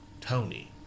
Tony